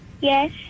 Yes